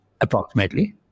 approximately